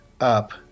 up